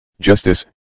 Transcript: Justice